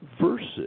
versus